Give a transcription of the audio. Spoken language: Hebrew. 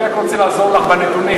אני רק רוצה לעזור לך בנתונים.